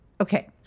Okay